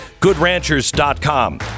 Goodranchers.com